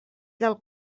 del